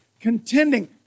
contending